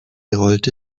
gerollt